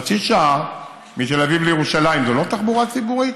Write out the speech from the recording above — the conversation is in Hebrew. חצי שעה מתל אביב לירושלים, זו לא תחבורה ציבורית?